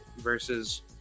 versus